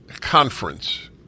conference